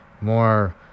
more